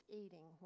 eating